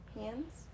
hands